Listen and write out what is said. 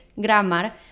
grammar